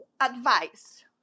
advice